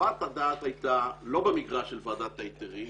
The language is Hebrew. חוות הדעת הייתה לא במגרש של ועדת ההיתרים,